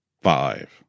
five